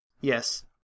Yes